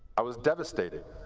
i was devastated.